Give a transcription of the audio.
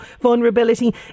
vulnerability